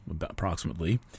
approximately